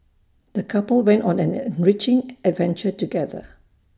the couple went on an enriching adventure together